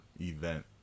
event